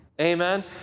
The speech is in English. Amen